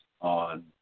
on